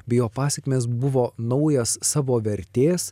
bei jo pasekmės buvo naujas savo vertės